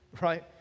Right